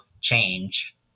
change